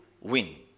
win